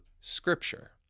scripture